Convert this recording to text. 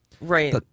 Right